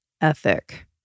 ethic